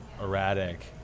erratic